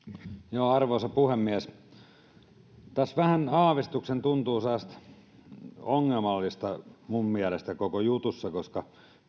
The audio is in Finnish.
arvoisa puhemies tässä koko jutussa vähän aavistuksen tuntuu jotain sellaista ongelmallista minun mielestäni koska